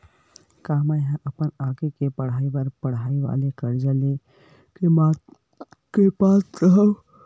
का मेंहा अपन आगे के पढई बर पढई वाले कर्जा ले के पात्र हव?